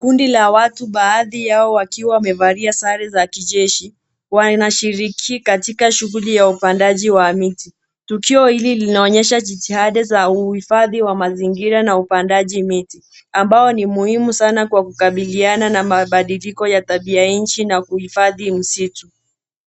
Kundi la watu baadhi yao wakiwa wamevalia sare za kijeshi, wanashiriki katika shughuli ya upandaji wa miti. Tukio hili linaonyesha jitihada za uhifadhi wa mazingira na upandaji miti . Ambao ni muhimu sana kwa kukabiliana na mabadiliko ya tabia nchi na kuihifadhi msitu.